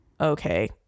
okay